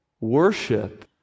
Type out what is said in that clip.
worship